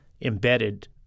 embedded